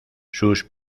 sus